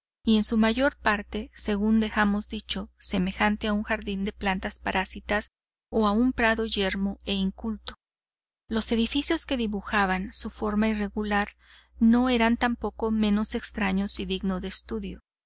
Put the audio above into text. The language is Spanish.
y en su mayor parte según dejamos dicho semejante a un jardín de plantas parásitas o a un prado yermo e inculto los edificios que dibujaban su forma irregular no eran tampoco menos extraños y digno de estudio